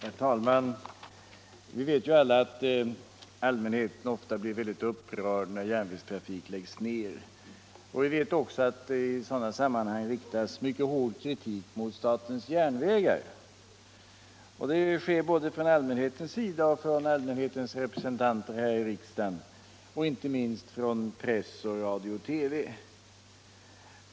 Herr talman! Vi vet alla att allmänheten ofta blir mycket upprörd när järnvägstrafik läggs ned. Vi vet också att i sådana sammanhang riktas mycket hård kritik mot statens järnvägar. Det sker både från allmänhetens sida och från allmänhetens representanter här i riksdagen — och inte 157 minst från press, radio och TV.